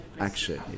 action